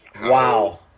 Wow